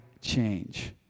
change